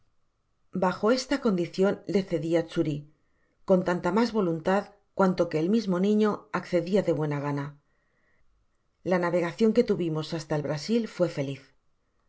bajo esta condicion ie cedi á xuri con tanta mas voluntad cuanto que el mismo trino accedia de buena gana la navegacion que tuvimos hasta el brasil fué feliz al